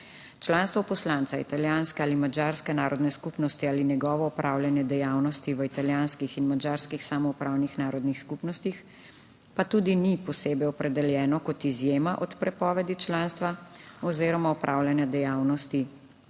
Članstvo poslanca italijanske ali madžarske narodne skupnosti ali njegovo opravljanje dejavnosti v italijanskih in madžarskih samoupravnih narodnih skupnostih pa tudi ni posebej opredeljeno kot izjema od prepovedi članstva oziroma opravljanja dejavnosti